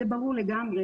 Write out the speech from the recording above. זה ברור לגמרי,